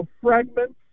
fragments